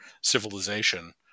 civilization